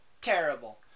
terrible